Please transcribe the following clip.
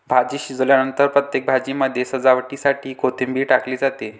भाजी शिजल्यानंतर प्रत्येक भाजीमध्ये सजावटीसाठी कोथिंबीर टाकली जाते